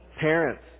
parents